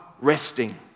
resting